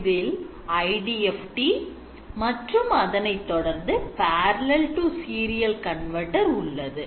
இதில் IDFT மற்றும் அதனைத் தொடர்ந்து parallel to serial மாற்றி உள்ளது